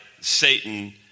Satan